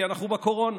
כי אנחנו בקורונה,